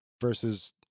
versus